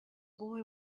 boy